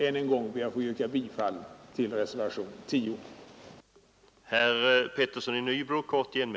Än en gång ber jag att få yrka bifall till reservationen 10.